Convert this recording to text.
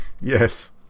Yes